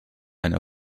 eine